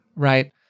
right